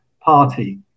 party